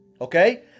okay